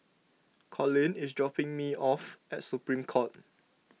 Colin is dropping me off at Supreme Court